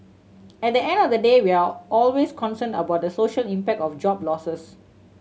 at the end of the day we're always concerned about the social impact of job losses